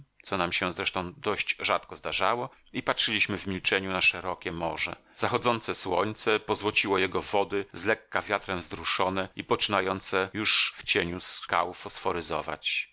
co nam się zresztą dość rzadko zdarzało i patrzyliśmy w milczeniu na szerokie morze zachodzące słońce pozłociło jego wody zlekka wiatrem wzruszone i poczynające już w cieniu skał